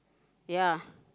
ya